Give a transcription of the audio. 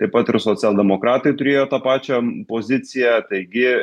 taip pat ir socialdemokratai turėjo tą pačią poziciją taigi